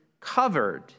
covered